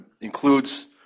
includes